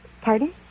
Pardon